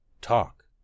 Talk